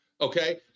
Okay